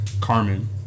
Carmen